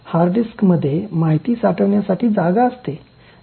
hard डिस्कमध्ये माहित साठवण्यासाठी जागा असते